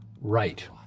right